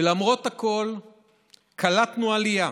ולמרות הכול קלטנו עלייה,